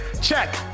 check